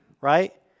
Right